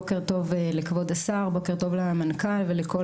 בוקר טוב לכבוד השר ובוקר טוב למנכ"ל ולכל